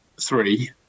three